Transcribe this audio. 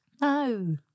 No